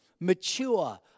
mature